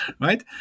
right